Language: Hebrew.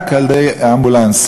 רק באמבולנס,